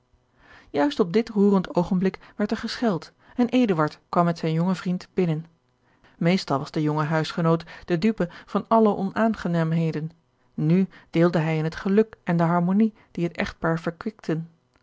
juist op dit roerend oogenblik werd er gescheld en eduard kwam met zijn jongen vriend binnen meestal was de jonge huisgenoot de dupe van alle onaangenaamheden nu deelde hij in het geluk en de harmonie die het